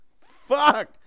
Fuck